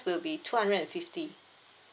will be two hundred and fifty